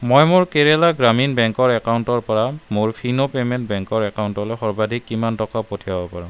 মই মোৰ কেৰেলা গ্ৰামীণ বেংকৰ একাউণ্টৰ পৰা মোৰ ফিনো পেমেণ্ট বেংকৰ একাউণ্টলৈ সৰ্বাধিক কিমান টকা পঠিয়াব পাৰো